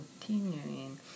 continuing